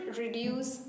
reduce